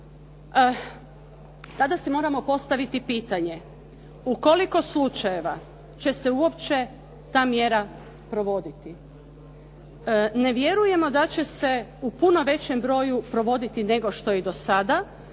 tada si moramo postaviti pitanje u koliko slučajeva će se uopće ta mjera provoditi. Ne vjerujemo da će se u puno većem broju provoditi nego što je do sada,